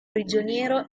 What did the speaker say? prigioniero